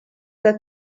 que